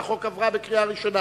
(מיזם חקלאי-תיירותי משולב),